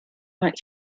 white